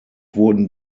wurden